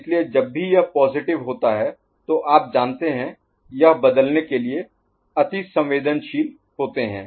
इसलिए जब भी यह पॉजिटिव होता है तो आप जानते हैं यह बदलने के लिए अतिसंवेदनशील होते हैं